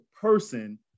person